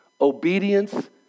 obedience